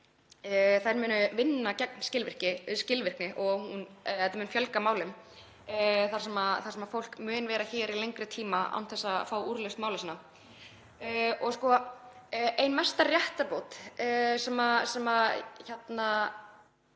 til munu vinna gegn skilvirkni og þetta mun fjölga málum þar sem fólk mun vera hér í lengri tíma án þess að fá úrlausn mála sinna. Ein mesta réttarbót sem lögfest